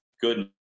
good